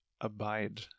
abide